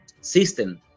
system